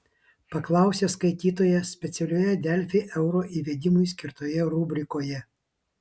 paklausė skaitytojas specialioje delfi euro įvedimui skirtoje rubrikoje